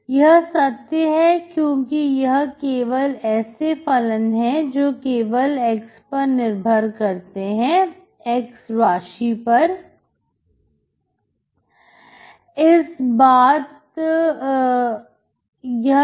यह सत्य है क्योंकि यह केवल ऐसे फलन हैं जो केवल x पर निर्भर करते हैं x राशि पर